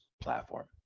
platform